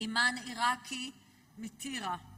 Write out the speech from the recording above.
אימן עיראקי, מטירה.